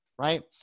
right